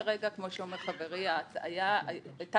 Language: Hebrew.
כרגע, כמו שאומר חברי, החוק